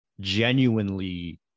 genuinely